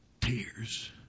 Tears